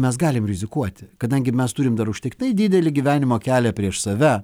mes galim rizikuoti kadangi mes turim dar užtiktai didelį gyvenimo kelią prieš save